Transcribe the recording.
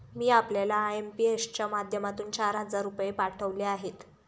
मी आपल्याला आय.एम.पी.एस च्या माध्यमातून चार हजार रुपये पाठवले आहेत